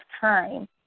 time